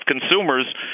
Consumers